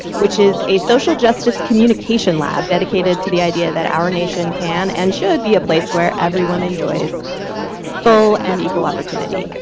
which is a social justice communication lab dedicated to the idea that our nation can and should be a place where everyone enjoys full and equal opportunity.